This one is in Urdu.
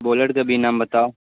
بولر کا بھی نام بتاؤ